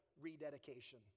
rededication